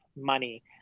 money